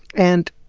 and,